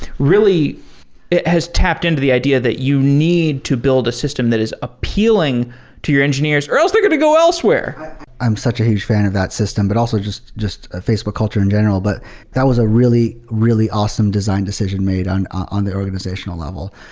really has tapped into the idea that you need to build a system that is appealing to your engineers, or else they're going to go elsewhere i'm such a huge fan of that system, but also just just a facebook culture in general. but that was a really, really awesome design decision made on on the organizational level.